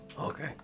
Okay